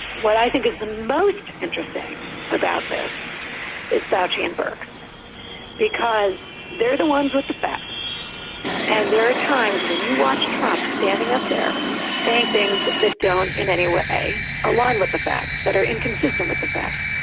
what i think is the most interesting about this is douchy and bourke's because they're the ones with the facts and there are times when you watch trump standing up there saying things that don't in any way align with the facts that are inconsistent with the facts.